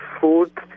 food